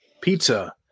pizza